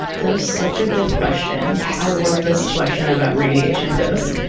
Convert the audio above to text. that is such a good question. i love this question about radiation dose.